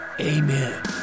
Amen